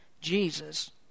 Jesus